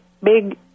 big